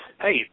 hey